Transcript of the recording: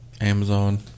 Amazon